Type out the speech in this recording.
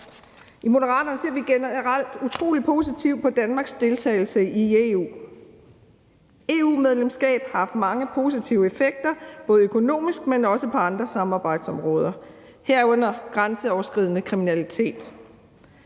I Moderaterne ser vi generelt utrolig positivt på Danmarks deltagelse i EU. EU-medlemskabet har haft mange positive effekter, både økonomisk, men også på andre samarbejdsområder, herunder mod grænseoverskridende kriminalitet.